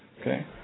Okay